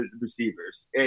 receivers